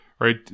right